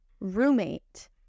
roommate